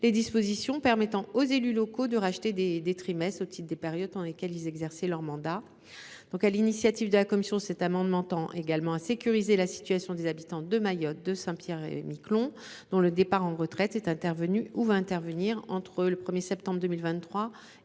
les dispositions permettant aux élus locaux de racheter des trimestres au titre des périodes pendant lesquelles ils exerçaient leur mandat. Sur l’initiative de la commission, cet amendement tend également à sécuriser la situation des habitants de Mayotte et de Saint Pierre et Miquelon, dont le départ à la retraite est intervenu ou interviendra entre le 1 septembre 2023 et le 1 janvier 2024.